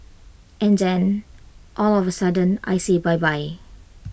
and then all of A sudden I say bye bye